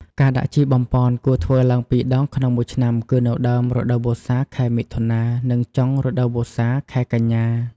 ការដាក់ជីបំប៉នគួរធ្វើឡើងពីរដងក្នុងមួយឆ្នាំ គឺនៅដើមរដូវវស្សា (ខែមិថុនា) និងចុងរដូវវស្សា (ខែកញ្ញា)។